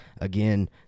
again